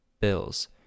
Bills